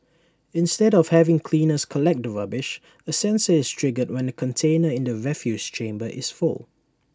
instead of having cleaners collect the rubbish A sensor is triggered when the container in the refuse chamber is full